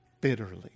bitterly